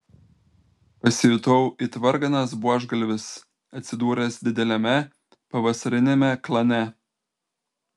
pasijutau it varganas buožgalvis atsidūręs dideliame pavasariniame klane